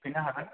फैनो हागोन